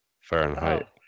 fahrenheit